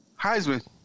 Heisman